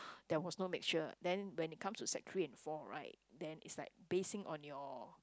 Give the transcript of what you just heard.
there was no mixture then when it comes to sec three and four right then is like basing on your